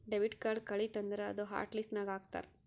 debit card ಕಳಿತು ಅಂದುರ್ ಅದೂ ಹಾಟ್ ಲಿಸ್ಟ್ ನಾಗ್ ಹಾಕ್ತಾರ್